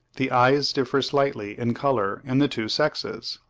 the eyes differ slightly in colour in the two sexes?